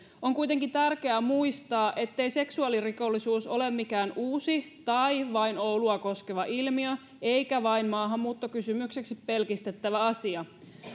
on kuitenkin tärkeää muistaa ettei seksuaalirikollisuus ole mikään uusi tai vain oulua koskeva ilmiö eikä vain maahanmuuttokysymykseksi pelkistettävä asia